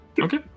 Okay